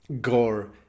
gore